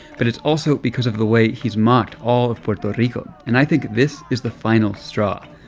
but it's also because of the way he's mocked all of puerto rico, and i think this is the final straw.